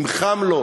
האם חם לו?